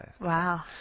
Wow